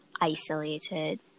isolated